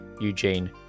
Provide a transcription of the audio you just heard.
Eugene